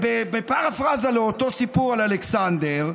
בפרפרזה על אותו סיפור על אלכסנדר,